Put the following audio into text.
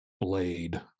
blade